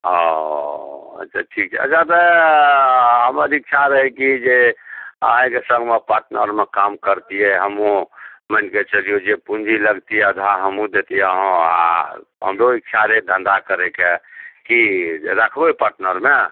ओ अच्छा ठीक छै अच्छा तऽ हमर इच्छा रहै कि जे अहाँके सङ्गमे पार्टनरमे काम करतियै हमहूँ मानिके चलियौ जे पूँजी लगतियै आधा हमहुँ देतियै अहूँ आ हमरो इच्छा रहै धन्धा करैके की रखबै पार्टनरमे